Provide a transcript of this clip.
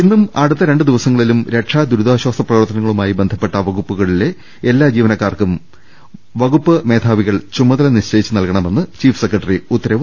ഇന്നും അടുത്ത രണ്ട് ദിവസങ്ങളിലും രക്ഷാ ദുരിതാശ്വാസ പ്രവർത്തനങ്ങളുമായി ബന്ധപ്പെട്ട വകുപ്പുകളിലെ എല്ലാ ജീവനക്കാർക്കും വകുപ്പ് മേധാവികൾ ചുമതല നിശ്ചയിച്ച് നൽകണമെന്ന് ചീഫ് സെക്രട്ടറി ഉത്തരവിട്ടു